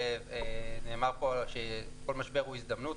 נאמר פה שכל משבר הוא הזדמנות,